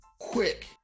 quick